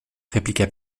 répliqua